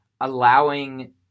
allowing